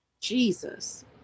Jesus